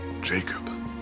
Jacob